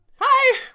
Hi